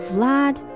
Vlad